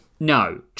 No